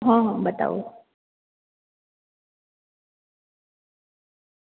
હ હ બતાવું